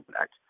Act